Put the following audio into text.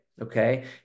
Okay